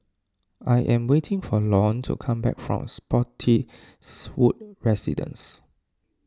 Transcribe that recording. I am waiting for Lorne to come back from Spottiswoode Residences